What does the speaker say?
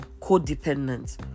codependent